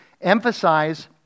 emphasize